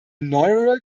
neural